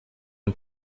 and